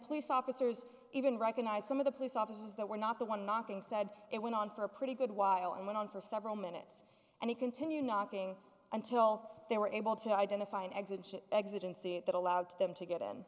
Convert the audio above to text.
police officers even recognized some of the police officers that were not the one knocking said it went on for a pretty good while and went on for several minutes and continue knocking until they were able to identify an exit should exit and see it that allowed them to get in